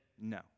no